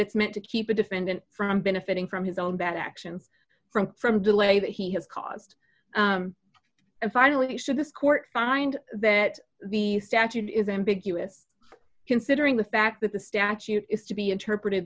it's meant to keep a defendant from benefiting from his own bad actions from from delay that he has caused and finally should this court find that the statute is ambiguous considering the fact that the statute is to be interpreted